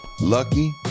lucky